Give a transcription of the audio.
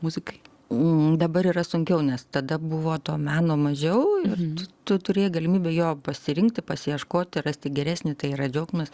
muzikai m dabar yra sunkiau nes tada buvo to meno mažiau ir tu turėjai galimybę jo pasirinkti pasiieškoti rasti geresnį tai yra džiaugsmas